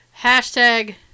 Hashtag